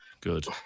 Good